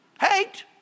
Hate